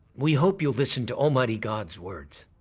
we hope you'll listen to almighty god's words,